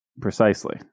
Precisely